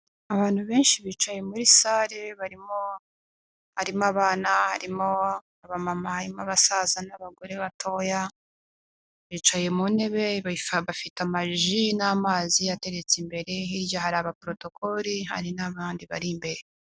Abantu benshi bicaye muri sale, harimo abana, harimo abamama, harimo abasaza n'abagore batoya, bicaye mu ntebe bafite amaji n'amazi, abateretse imbere, hirya hari abaporotokore hari n'abandi bari imbere.